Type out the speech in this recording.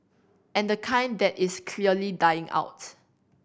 and the kind that is clearly dying out